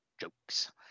jokes